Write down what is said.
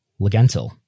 Legentil